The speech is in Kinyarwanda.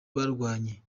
barwanye